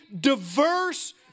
diverse